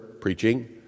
preaching